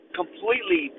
completely